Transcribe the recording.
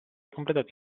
completato